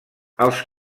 als